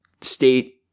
state